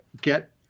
get